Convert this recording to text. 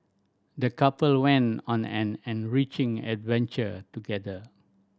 the couple went on an enriching adventure together